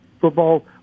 football